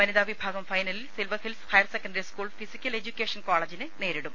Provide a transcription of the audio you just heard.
വനിതാ വിഭാഗം ഫൈനലിൽ silver hills higher secondary school physical education കോളേജിനെ നേരിടും